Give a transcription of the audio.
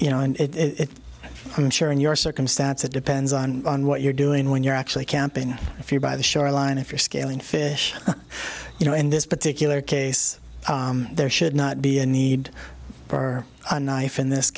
know it i'm sure in your circumstance it depends on what you're doing when you're actually camping if you buy the shoreline if you're scaling fish you know in this particular case there should not be a need for a knife in this